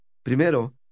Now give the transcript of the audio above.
Primero